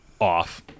off